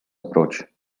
approach